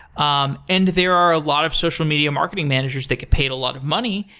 um and there are a lot of social media marketing managers that could pay a lot of money,